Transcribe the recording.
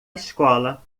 escola